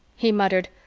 he muttered,